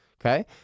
Okay